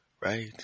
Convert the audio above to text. Right